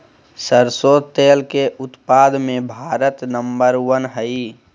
सरसों तेल के उत्पाद मे भारत नंबर वन हइ